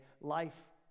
life